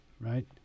right